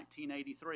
1983